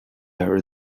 her